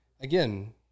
again